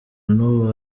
n’ubu